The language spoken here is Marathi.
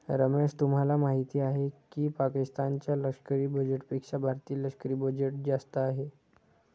रमेश तुम्हाला माहिती आहे की पाकिस्तान च्या लष्करी बजेटपेक्षा भारतीय लष्करी बजेट जास्त आहे